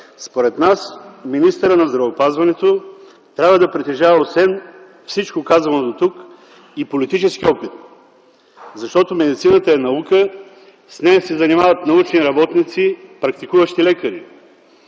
според нас, министърът на здравеопазването трябва да притежава освен всичко, казано дотук, и политически опит, защото медицината е наука, с нея се занимават научни работници, практикуващи лекари,